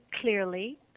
clearly